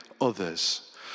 others